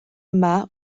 yma